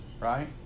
right